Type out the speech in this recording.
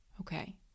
okay